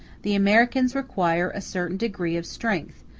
the americans require a certain degree of strength,